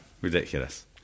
Ridiculous